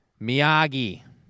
Miyagi